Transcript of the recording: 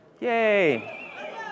Yay